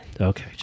Okay